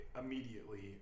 immediately